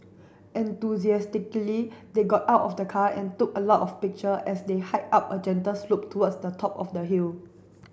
enthusiastically they got out of the car and took a lot of picture as they hiked up a gentle slope towards the top of the hill